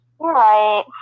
right